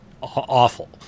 awful